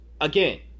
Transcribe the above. Again